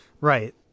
Right